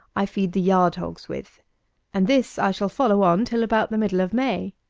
i feed the yard-hogs with and this i shall follow on till about the middle of may.